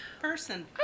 person